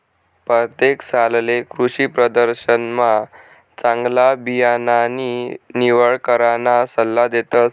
परतेक सालले कृषीप्रदर्शनमा चांगला बियाणानी निवड कराना सल्ला देतस